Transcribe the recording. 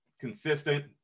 Consistent